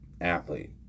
athlete